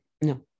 no